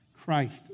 Christ